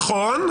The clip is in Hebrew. נכון.